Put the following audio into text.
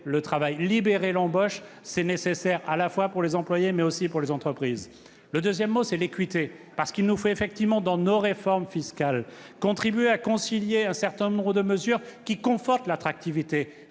le travail, libérer l'embauche. C'est nécessaire à la fois pour les employés, mais aussi pour les entreprises. Équité : il nous faut effectivement, dans nos réformes fiscales, contribuer à concilier un certain nombre de mesures qui confortent l'attractivité.